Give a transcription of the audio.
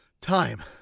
time